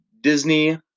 Disney